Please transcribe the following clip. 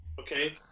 okay